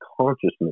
consciousness